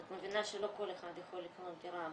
ואת מבינה שלא כל אחד יכול לקנות דירה,